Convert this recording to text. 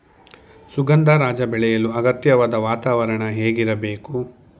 ಸುಗಂಧರಾಜ ಬೆಳೆಯಲು ಅಗತ್ಯವಾದ ವಾತಾವರಣ ಹೇಗಿರಬೇಕು?